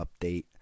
update